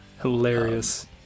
Hilarious